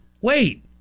wait